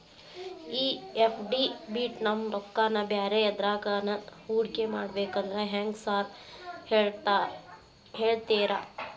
ಈ ಎಫ್.ಡಿ ಬಿಟ್ ನಮ್ ರೊಕ್ಕನಾ ಬ್ಯಾರೆ ಎದ್ರಾಗಾನ ಹೂಡಿಕೆ ಮಾಡಬೇಕಂದ್ರೆ ಹೆಂಗ್ರಿ ಸಾರ್ ಹೇಳ್ತೇರಾ?